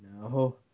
No